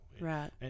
Right